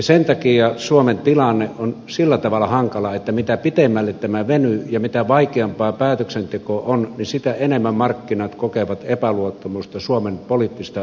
sen takia suomen tilanne on sillä tavalla hankala että mitä pitemmälle tämä venyy ja mitä vaikeampaa päätöksenteko on sitä enemmän markkinat kokevat epäluottamusta suomen poliittista järjestelmää kohtaan